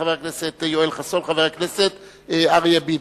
מחבר הכנסת יואל חסון ומחבר הכנסת אריה ביבי.